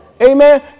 Amen